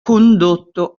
condotto